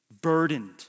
burdened